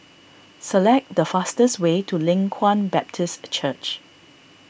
select the fastest way to Leng Kwang Baptist Church